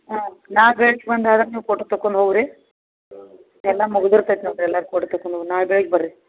ಹಾಂ ನಾಳೆ ಬೆಳಗ್ಗೆ ಬಂದಾಗ ನೀವು ಫೋಟೊ ತಕ್ಕುನ ಹೋಗು ರೀ ಎಲ್ಲ ಮುಗಿದು ಇರ್ತೈತಿ ನಮ್ದು ಎಲ್ಲಾರ್ದ ಫೋಟೊ ತೆಕ್ಕುನು ನಾಳೆ ಬೆಳಗ್ಗೆ ಬರ್ರಿ